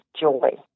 joy